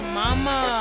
mama